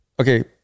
okay